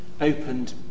opened